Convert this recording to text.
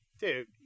Dude